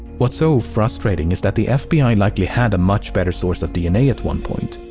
what's so frustrating is that the fbi likely had a much better source of dna at one point.